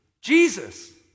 Jesus